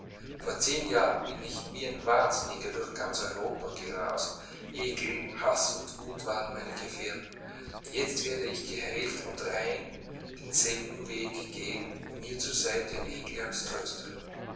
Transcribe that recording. vor zehn jahren bin ich wie ein wahnsinniger durch ganz europa gerast ekel haß und wut waren meine gefährten jetzt werde ich geheilt und rein denselben weg gehen mir zur seite ein